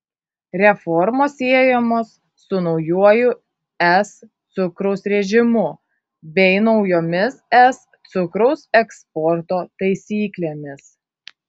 reformos siejamos su naujuoju es cukraus režimu bei naujomis es cukraus eksporto taisyklėmis